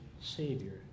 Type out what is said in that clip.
Savior